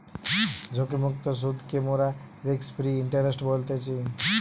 ঝুঁকিমুক্ত সুদকে মোরা রিস্ক ফ্রি ইন্টারেস্ট বলতেছি